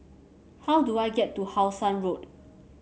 how do I get to How Sun Road